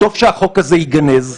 טוב שהחוק הזה ייגנז,